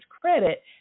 credit